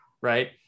Right